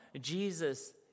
Jesus